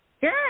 Good